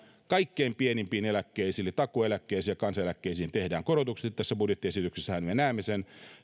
kaikkein pienimpiin eläkkeisiin eli takuueläkkeisiin ja kansaneläkkeisiin tehdään korotukset tässä budjettiesityksessähän me näemme sen